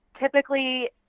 typically